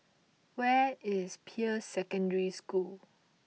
where is Peirce Secondary School